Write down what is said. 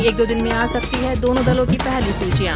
एक दो दिन में आ सकती हैं दोनो दलों की पहली सूचियां